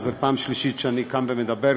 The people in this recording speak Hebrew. זה הפעם השלישית שאני קם ומדבר,